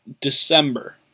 December